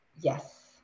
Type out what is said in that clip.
Yes